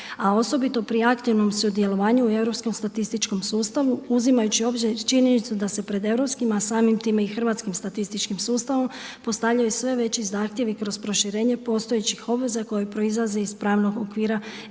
A osobito pri aktivnom sudjelovanju u europskom statističkom sustavu, uzimajući u obzir i činjenicu da se pred europskim a samim time i hrvatskim statističkim sustavom postavljaju sve veći zahtjevi kroz proširenje postojećih obveza koje proizlaze iz pravnog okvira EU